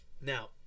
Now